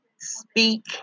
speak